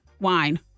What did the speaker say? wine